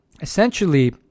essentially